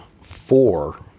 four